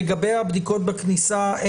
לגבי הבדיקות בכניסה לישראל,